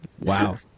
Wow